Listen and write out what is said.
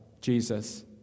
Jesus